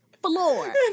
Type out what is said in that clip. floor